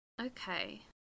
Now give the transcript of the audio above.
Okay